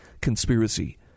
conspiracy